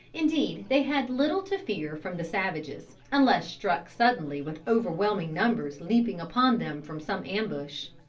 indeed they had little to fear from the savages, unless struck suddenly with overwhelming numbers leaping upon them from some ambush.